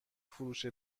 فروش